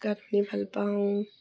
গান শুনি ভাল পাওঁ